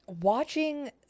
watching